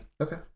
Okay